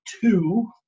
two